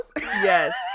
Yes